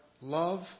love